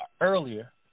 earlier